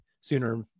sooner